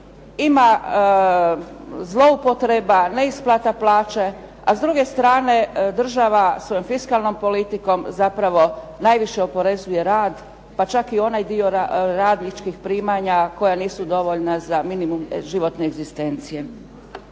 ima zloupotreba, neisplata plaće, a s druge strane država svojom fiskalnom politikom zapravo najviše oporezuje rad, pa čak i onaj dio radničkih primanja koja nisu dovoljna za minimum životne egzistencije.